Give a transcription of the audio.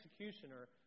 executioner